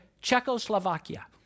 Czechoslovakia